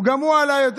גם הוא עלה יותר,